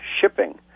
shipping